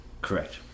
Correct